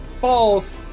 falls